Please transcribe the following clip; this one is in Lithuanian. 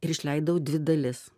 ir išleidau dvi dalis